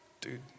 Dude